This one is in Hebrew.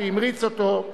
שהמריץ אותו,